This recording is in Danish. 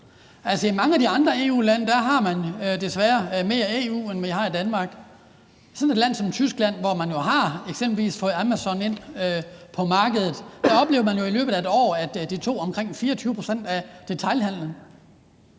i mange af de andre EU-lande har man desværre mere EU, end vi har i Danmark. I sådan et land som Tyskland, hvor man jo f.eks. har fået Amazon ind på markedet, oplevede man i løbet af et år, at det tog omkring 24 pct. af detailhandelen.